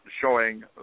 showing